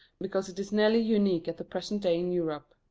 because it is nearly unique at the present day in europe.